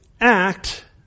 act